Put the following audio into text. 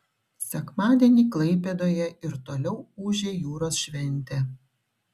sekmadienį klaipėdoje ir toliau ūžė jūros šventė